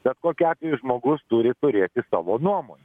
bet kokiu atveju žmogus turi turėti savo nuomonę